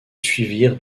suivirent